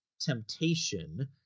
temptation